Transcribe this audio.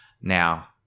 Now